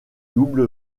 double